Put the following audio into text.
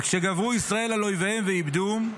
וכשגברו ישראל על אויביהם ואיבדום,